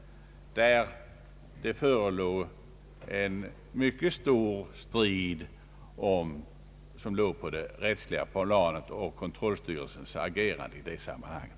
Där var det en mycket hård strid som fördes på det rättsliga planet och som gällde kontrollstyrelsens agerande i det sammanhanget.